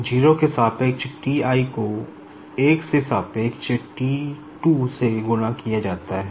0 के सापेक्ष T i को 1 के सापेक्ष T 2 से गुणा किया जाता है